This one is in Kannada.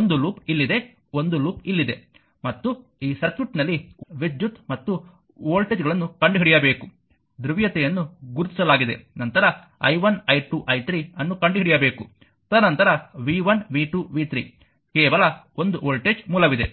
ಒಂದು ಲೂಪ್ ಇಲ್ಲಿದೆ ಒಂದು ಲೂಪ್ ಇಲ್ಲಿದೆ ಮತ್ತು ಈ ಸರ್ಕ್ಯೂಟ್ನಲ್ಲಿ ವಿದ್ಯುತ್ ಮತ್ತು ವೋಲ್ಟೇಜ್ಗಳನ್ನು ಕಂಡುಹಿಡಿಯಬೇಕು ಧ್ರುವೀಯತೆಯನ್ನು ಗುರುತಿಸಲಾಗಿದೆ ನಂತರ i1 i2 i3 ಅನ್ನು ಕಂಡುಹಿಡಿಯಬೇಕು ತದನಂತರ v1 v2 v3 ಕೇವಲ ಒಂದು ವೋಲ್ಟೇಜ್ ಮೂಲವಿದೆ